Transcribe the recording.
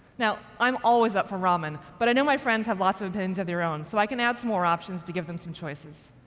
now, i'm always up for ramen, but i know my friends have lots of opinions of their own, so i can add some more options to give them some choices.